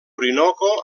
orinoco